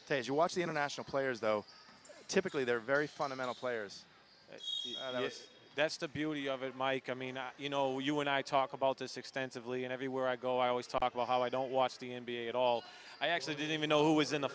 as you watch the international players though typically they're very fundamental players there's that's the beauty of it mike i mean you know you and i talk about this extensively and everywhere i go i always talk about how i don't watch the n b a at all i actually didn't even know who was in the